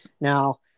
Now